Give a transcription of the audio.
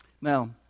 Now